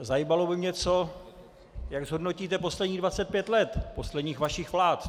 Zajímalo by mě, jak zhodnotíte posledních 25 let posledních vašich vlád.